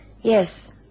Yes